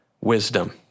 wisdom